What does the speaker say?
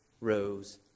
rose